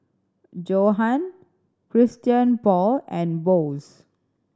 Johan Christian Paul and Bose